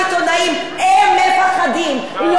לא הם מפחדים, הוא מפחד.